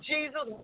Jesus